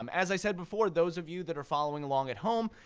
um as i said before, those of you that are following along at home,